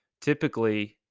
typically